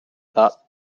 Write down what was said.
that